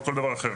או לכל דבר אחר.